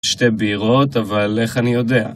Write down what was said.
שתי בירות אבל איך אני יודע